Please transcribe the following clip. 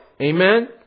Amen